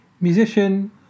musician